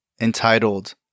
entitled